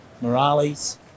Morales